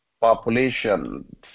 population